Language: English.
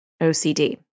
OCD